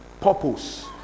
purpose